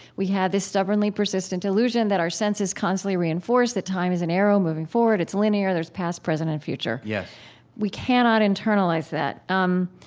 we have this stubbornly persistent illusion that our senses constantly reinforce that time is an arrow moving forward. it's linear. there's past, present, and future yes we cannot internalize that. um